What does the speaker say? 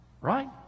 Right